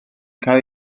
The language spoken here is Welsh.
cael